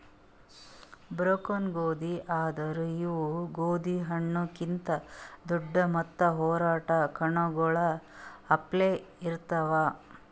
broken ಗೋದಿ ಅಂದುರ್ ಇವು ಗೋದಿ ಹಣ್ಣು ಕಿಂತ್ ದೊಡ್ಡು ಮತ್ತ ಒರಟ್ ಕಣ್ಣಗೊಳ್ ಅಪ್ಲೆ ಇರ್ತಾವ್